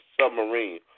submarine